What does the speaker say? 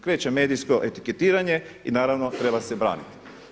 Kreće medijsko etiketiranje i naravno treba se braniti.